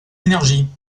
énergie